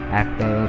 actor